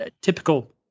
typical